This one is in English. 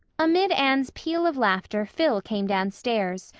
amid anne's peal of laughter phil came downstairs,